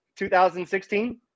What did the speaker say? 2016